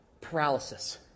paralysis